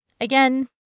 Again